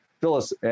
Phyllis